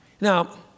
Now